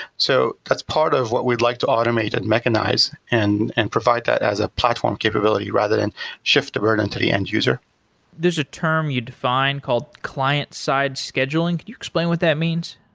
so that's part of what we'd like to automate and mechanize and and provide that as a platform capability rather than shift the road into the end user there's a term you define called client side scheduling. can you explain what that means?